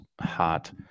hot